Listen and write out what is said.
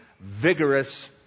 vigorous